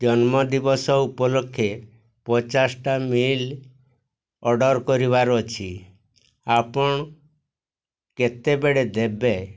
ଜନ୍ମଦିବସ ଉପଲକ୍ଷେ ପଚାଶଟା meal order କରିବାର ଅଛି ଆପଣ କେତେବେଳେ ଦେବେ